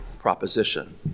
proposition